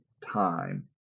time